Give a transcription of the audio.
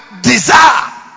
desire